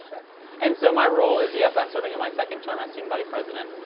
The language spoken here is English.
and so, my role is yes, i'm serving in my second term i student body president.